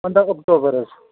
پَنٛداہ اکتوبر حظ